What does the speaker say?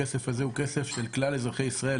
הכסף הזה הוא כסף של כלל אזרחי ישראל,